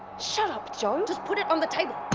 shut up joe. just put it on the table!